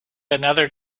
another